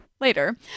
later